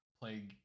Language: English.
play